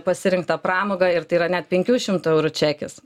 pasirinktą pramogą ir tai yra net penkių šimtų eurų čekis